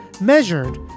measured